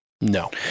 No